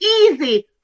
easy